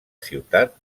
ciutat